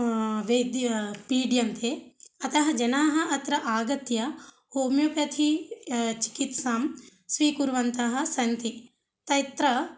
वेद्य पीड्यन्ते अतः जनाः अत्र आगत्य ओमियोपथि चिकित्सां स्वीकुर्वन्तः सन्ति तत्र